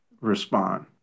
respond